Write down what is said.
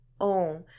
own